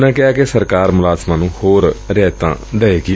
ਉਨ੍ਹਾਂ ਕਿਹਾ ਸਰਕਾਰ ਮੁਲਾਜ਼ਮਾਂ ਨੂੰ ਹੋਰ ਰਿਆਇਤਾਂ ਵੀ ਦਏਗੀ